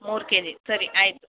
ಮೂರು ಕೆಜಿ ಸರಿ ಆಯಿತು